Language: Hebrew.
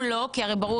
לא ברור